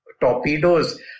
torpedoes